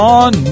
on